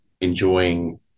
enjoying